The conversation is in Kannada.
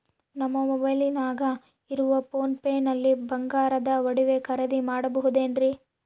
ನಮ್ಮ ಮೊಬೈಲಿನಾಗ ಇರುವ ಪೋನ್ ಪೇ ನಲ್ಲಿ ಬಂಗಾರದ ಒಡವೆ ಖರೇದಿ ಮಾಡಬಹುದೇನ್ರಿ?